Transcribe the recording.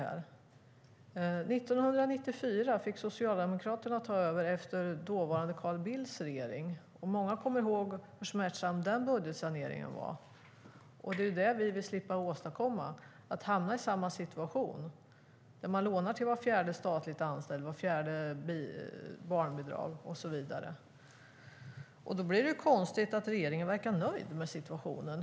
År 1994 fick Socialdemokraterna ta över efter Carl Bildts regering, och många kommer ihåg hur smärtsam den budgetsaneringen var. Det är det vi vill åstadkomma - vi vill slippa hamna i en situation där man lånar till var fjärde statligt anställd, vart fjärde barnbidrag och så vidare. Då blir det ju konstigt att regeringen verkar nöjd med situationen.